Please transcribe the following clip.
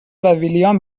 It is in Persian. ویلیام